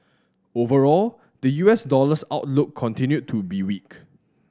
overall the U S dollar's outlook continued to be weak